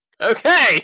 Okay